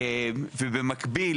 ובמקביל,